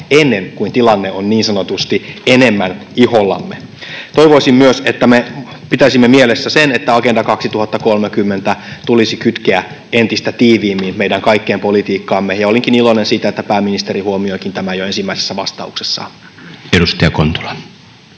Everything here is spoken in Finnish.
ennen kuin tilanne on niin sanotusti enemmän ihollamme. Toivoisin myös, että me pitäisimme mielessä sen, että Agenda 2030 tulisi kytkeä entistä tiiviimmin meidän kaikkien politiikkaan, ja olin iloinen siitä, että pääministeri huomioikin tämän jo ensimmäisessä vastauksessaan.